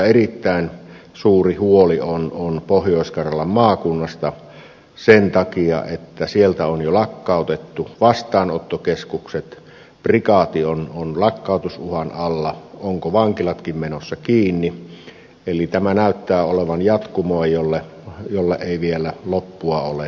erittäin suuri huoli on pohjois karjalan maakunnasta sen takia että sieltä on jo lakkautettu vastaanottokeskukset prikaati on lakkautusuhan alla onko vankilatkin menossa kiinni eli tämä näyttää olevan jatkumoa jolle ei vielä loppua ole näkyvissä